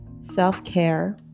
self-care